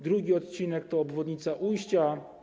Drugi odcinek to obwodnica Ujścia.